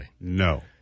No